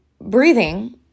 breathing